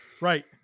Right